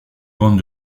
bandes